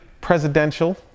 presidential